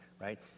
right